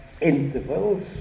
intervals